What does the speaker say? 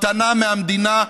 מתנה מהמדינה,